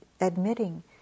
admitting